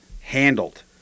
handled